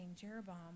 Jeroboam